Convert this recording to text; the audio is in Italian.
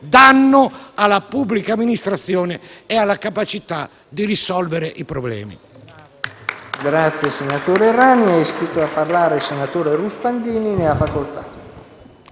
danno alla pubblica amministrazione e alla capacità di risolvere i problemi.